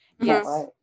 Yes